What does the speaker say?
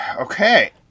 Okay